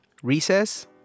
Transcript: Recess